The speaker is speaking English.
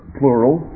plural